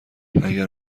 اگر